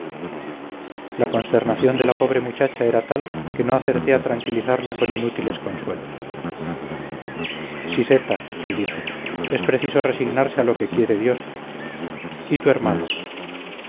la consternación de la pobre muchacha era tal que no acerté a tranquilizarla con inútiles consuelos siseta le dije es preciso resignarse a lo que quiere dios y tu hermano